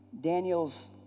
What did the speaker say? Daniel's